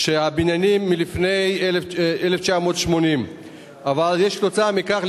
בבניינים מלפני 1980. כתוצאה מכך,